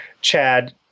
Chad